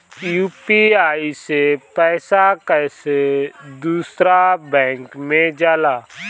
UPI से पैसा कैसे दूसरा बैंक मे जाला?